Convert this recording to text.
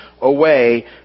away